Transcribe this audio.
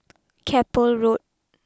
Keppel Road